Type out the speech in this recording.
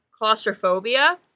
claustrophobia